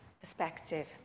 perspective